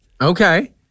Okay